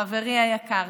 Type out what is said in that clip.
חברי היקר,